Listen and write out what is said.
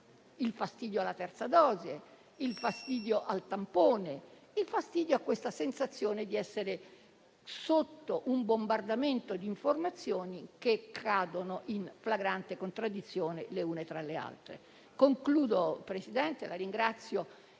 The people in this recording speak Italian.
il fastidio della terza dose, il fastidio del tampone, il fastidio rispetto a questa sensazione di essere sotto un bombardamento di informazioni che cadono in flagrante contraddizione le une con le altre. Concludo, Presidente, e la ringrazio.